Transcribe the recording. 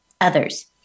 others